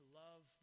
love